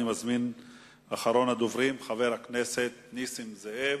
אני מזמין את אחרון הדוברים, חבר הכנסת נסים זאב.